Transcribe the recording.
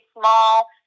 small